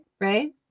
right